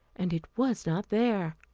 and it was not there.